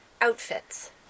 Outfits